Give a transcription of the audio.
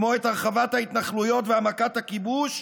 כמו את הרחבת ההתנחלויות והעמקת הכיבוש,